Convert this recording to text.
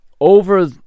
over